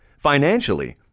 financially